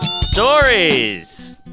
Stories